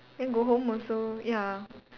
then go home also ya